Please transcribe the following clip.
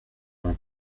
m’en